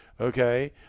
okay